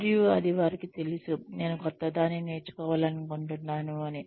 మరియు అది వారికి ఎలా తెలుసు నేను క్రొత్తదాన్ని నేర్చుకోవాలనుకుంటున్నాను అని